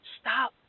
Stop